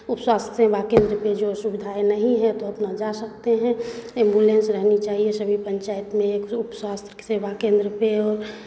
उपस्वास्थ्य सेवा केंद्र पे जो सुविधाएँ नहीं है तो अपना जा सकते हैं एम्बुलेंस रहनी चाहिये सभी पंचायत में एक उपस्वास्थ्य सेवा केंद्र पे